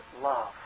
love